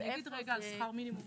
אני אגיד משהו על שכר מינימום מותאם.